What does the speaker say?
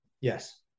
Yes